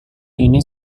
ini